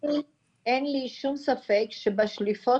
אין לי שום ספק שבשליפות